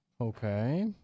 Okay